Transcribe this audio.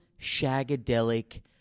shagadelic